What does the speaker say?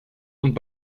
und